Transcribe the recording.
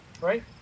Right